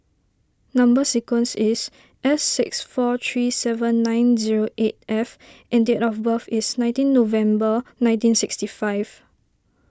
Number Sequence is S six four three seven nine zero eight F and date of birth is nineteen November nineteen sixty five